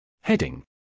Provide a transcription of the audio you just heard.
Heading